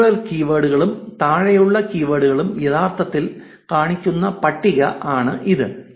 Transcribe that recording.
മുകളിലുള്ള കീവേഡുകളും താഴെയുള്ള കീവേഡുകളും യഥാർത്ഥത്തിൽ കാണിക്കുന്ന പട്ടിക ആണ് ഇത്